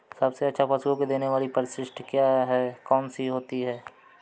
सबसे अच्छा पशुओं को देने वाली परिशिष्ट क्या है? कौन सी होती है?